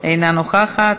אינה נוכחת.